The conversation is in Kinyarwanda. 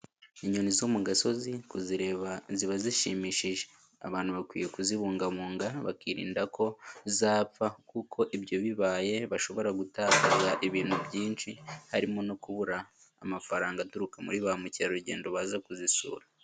Inyoni zo mu gasozi kuzireba ziba zishimishije, abantu bakwiye kuzibungabunga bakirinda ko zapfa kuko ibyo bibaye bashobora gutakaza ibintu byinshi, harimo no kubura amafaranga aturuka muri ba mukerarugendo baza kuzisura.